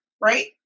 right